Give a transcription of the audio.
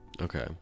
Okay